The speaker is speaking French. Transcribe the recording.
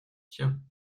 tiens